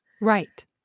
Right